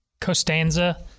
costanza